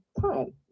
time